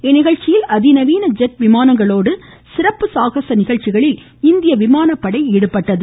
இந்நிகழ்ச்சியில் அதிநவீன ஜெட் விமானங்களோடு சிறப்பு சாகச நிகழ்ச்சிகளில் இந்திய விமானப்படை ஈடுபட்டது